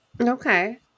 Okay